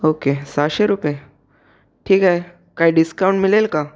okay सहाशे रुपये ठीक आहे काय डिस्काउंट मिळेल का